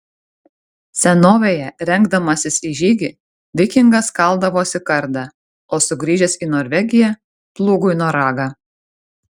senovėje rengdamasis į žygį vikingas kaldavosi kardą o sugrįžęs į norvegiją plūgui noragą